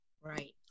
right